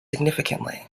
significantly